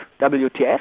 WTF